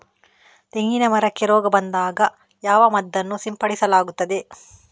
ತೆಂಗಿನ ಮರಕ್ಕೆ ರೋಗ ಬಂದಾಗ ಯಾವ ಮದ್ದನ್ನು ಸಿಂಪಡಿಸಲಾಗುತ್ತದೆ?